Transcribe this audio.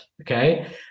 okay